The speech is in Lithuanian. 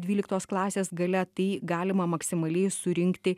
dvyliktos klasės gale tai galima maksimaliai surinkti